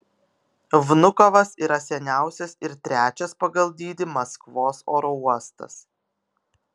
vnukovas yra seniausias ir trečias pagal dydį maskvos oro uostas